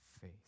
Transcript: face